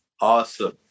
awesome